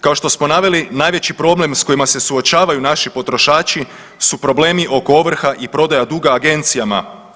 Kao što smo naveli najveći problem sa kojima se suočavaju naši potrošači su problemi oko ovrha i prodaja duga agencijama.